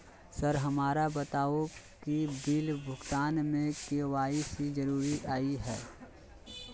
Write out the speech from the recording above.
Sir हमरा के बताओ कि बिल भुगतान में के.वाई.सी जरूरी हाई?